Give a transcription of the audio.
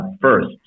first